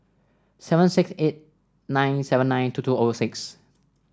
seven six eight nine seven nine two two O six